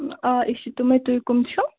آ أسۍ چھِ تِمَے تُہۍ کٕم چھُو